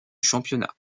championnat